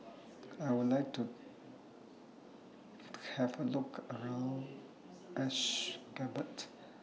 I Would like to Have A Look around Ashgabat